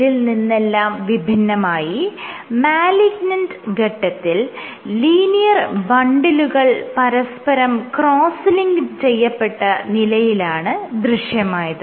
ഇതിൽ നിന്നെല്ലാം വിഭിന്നമായി മാലിഗ്നന്റ് ഘട്ടത്തിൽ ലീനിയർ ബണ്ടിലുകൾ പരസ്പരം ക്രോസ്സ് ലിങ്ക് ചെയ്യപ്പെട്ട നിലയിലാണ് ദൃശ്യമായത്